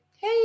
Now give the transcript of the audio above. Hey